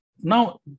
now